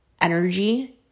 energy